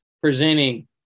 presenting